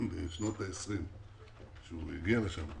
בשנות העשרים הוא הגיע לשם כי